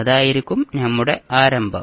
അതായിരിക്കും നമ്മുടെ ആരംഭം